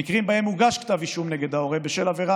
במקרים שבהם הוגש כתב אישום נגד ההורה בשל עבירה